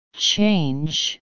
Change